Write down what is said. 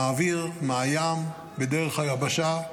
מהאוויר, מהים, בדרך היבשה,